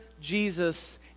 Jesus